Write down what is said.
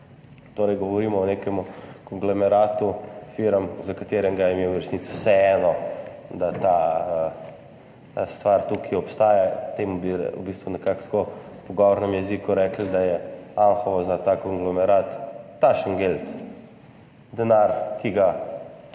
Torej govorimo o nekem konglomeratu firm, ki mu je v resnici vseeno, da ta stvar tukaj obstaja. Temu bi v bistvu nekako, tako v pogovornem jeziku rekli, da je Anhovo za ta konglomerat taschengeld, denar, ki je